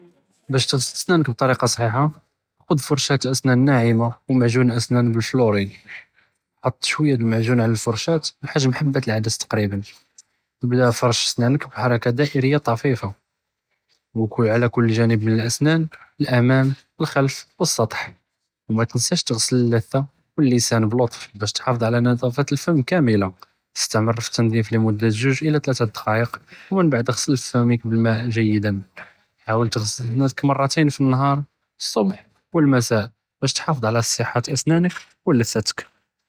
באש תְע'סל סנאנכ בטוריקה צחיחה, חֻד' פרשאֵה אסנאן נאעמה ו מעג'ון אסנאן בִּאלפלוריד, חֻט שוויה דּ אלמעג'ון עלא אלפרשאֵה בחג'ם חבַּת אלעַדס תקريبا, אִבְּדָא פרשי סנאנכ בִּחרכה דאֵריה טפיפה, עלא כל ג'אנבּ מן אלאסנאן אלאמאם, אִלח'לף, ו אִלסטח, ו מא תנסאש תְע'סל אללֻת'ה ו אִללסאן בלוטף באש תחאפס עלא נדאפת אלפם כאמלה, אִסתמר פִי אִלתנד'יף לִמודה ג'וג' אלא תלאתה דּ אִלדקאיק, ומן בעד אִע'סל פמך בִּאלמאא' ג'יידאן, חאול תְע'סל סנאנכ מראתין פִי אִנהאר, אלצֻבְּח ו אלמסאא', באש תחאפס עלא צִחת אסנאנכ ו לִת'תכ.